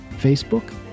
Facebook